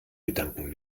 gedanken